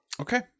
Okay